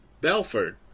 Belford